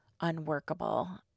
unworkable